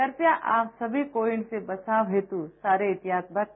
कृपया आप सभी कोविड से बचाव हेतू सारे एहतियात बरते